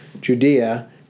Judea